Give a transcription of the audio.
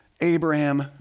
Abraham